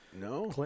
No